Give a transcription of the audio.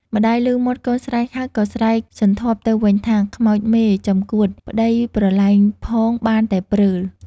ម្ដាយឮមាត់កូនស្រែកហៅ ក៏ស្រែកសន្ធាប់ទៅវិញថា “ខ្មោចមេ ចំកួតប្ដីប្រលែងផងបានតែព្រើល” ។